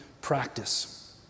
practice